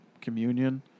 communion